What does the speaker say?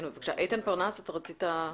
איתן פרנס, בבקשה.